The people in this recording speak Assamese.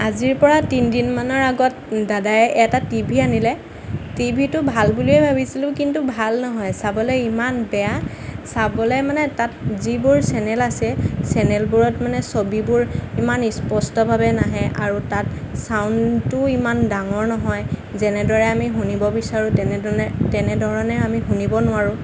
আজিৰ পৰা তিনিদিনমানৰ আগত দাদায়ে এটা টিভি আনিলে টিভিটো ভাল বুলিয়েই ভাবিছিলোঁ কিন্তু ভাল নহয় চাবলৈ ইমান বেয়া চাবলৈ মানে তাত যিবোৰ চেনেল আছে চেনেলবোৰত মানে ছবিবোৰ ইমান স্পষ্টভাৱে নাহে আৰু তাত চাউণ্ডটো ইমান ডাঙৰ নহয় যেনেদৰে আমি শুনিব বিচাৰোঁ তেনেধৰণে আমি শুনিব নোৱাৰোঁ